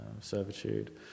servitude